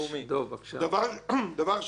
דבר שני,